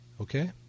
Okay